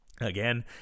Again